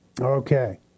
Okay